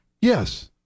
Yes